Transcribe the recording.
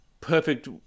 perfect